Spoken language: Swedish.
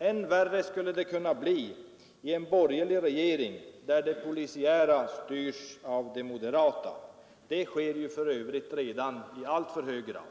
än värre skulle det kunna bli med en borgerlig regering, där det polisiära styrs av de moderata. Det sker för övrigt redan i alltför hög grad.